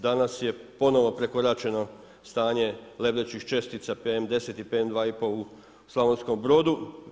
Danas je ponovno prekoračeno stanje lebdećih čestica PM-20 i PM-2,5 u Slavonskom Brodu.